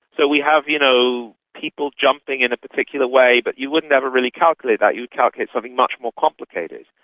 so we have you know people jumping in a particular way, but you wouldn't ever really calculate that, you would calculate something much more complicated.